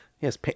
yes